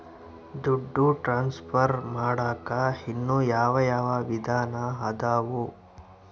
ದುಡ್ಡು ಟ್ರಾನ್ಸ್ಫರ್ ಮಾಡಾಕ ಇನ್ನೂ ಯಾವ ಯಾವ ವಿಧಾನ ಅದವು?